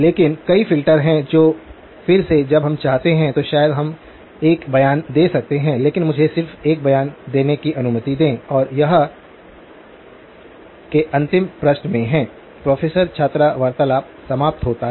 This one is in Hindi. लेकिन कई फिल्टर हैं जो फिर से जब हम आते हैं तो शायद हम एक बयान दे सकते हैं लेकिन मुझे सिर्फ एक बयान देने की अनुमति दें और यह 1137 के अंतिम पृष्ठ में हैं प्रोफेसर छात्र वार्तालाप समाप्त होता है